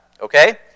Okay